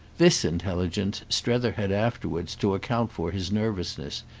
this intelligence strether had afterwards, to account for his nervousness,